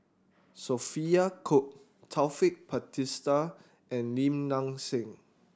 Sophia Cooke Taufik Batisah and Lim Nang Seng